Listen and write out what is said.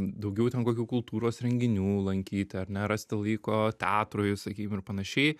daugiau ten kokių kultūros renginių lankyti ar ne rasti laiko teatrui sakykim ir panašiai